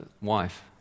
wife